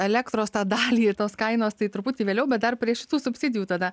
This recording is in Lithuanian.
elektros tą dalį tos kainos tai truputį vėliau bet dar prie šitų subsidijų tada